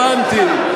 הבנתי.